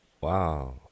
wow